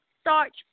starch